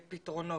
הפתרונות.